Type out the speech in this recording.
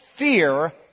Fear